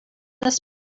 this